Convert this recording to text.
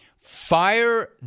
Fire